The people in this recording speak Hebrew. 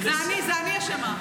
זאת אני, זאת אני אשמה.